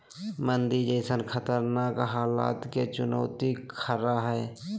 मंदी जैसन खतरनाक हलात के चुनौती खरा हइ